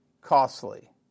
costly